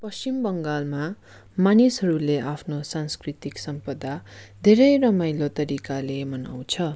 पश्चिम बङ्गालमा मानिसहरूले आफ्नो संस्कृतिक सम्पदा धेरै रमाइलो तरिकाले मनाउँछ